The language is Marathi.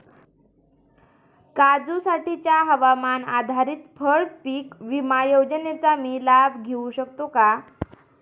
काजूसाठीच्या हवामान आधारित फळपीक विमा योजनेचा मी लाभ घेऊ शकतो का?